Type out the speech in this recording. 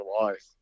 life